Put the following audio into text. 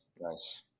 Nice